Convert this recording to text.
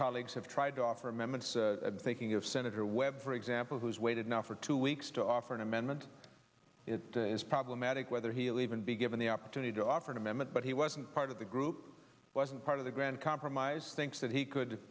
colleagues have tried to offer amendments thinking of senator webb for example who's waited now for two weeks to offer an amendment it is problematic whether he'll even be given the opportunity to offer an amendment but he wasn't part of the group wasn't part of the grand compromise thinks that he could